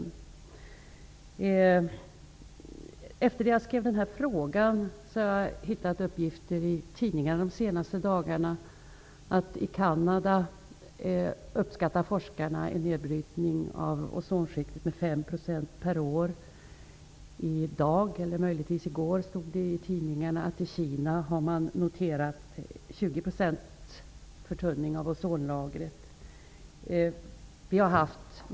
Efter det att jag skrev den här frågan har jag hittat uppgifter om detta i tidningarna. I Canada uppskattar forskarna nedbrytningen av ozonskiktet till 5 % per år. I dag, eller möjligtvis i går, stod det att man i Kina har noterat en förtunning av ozonlagret med 20 %.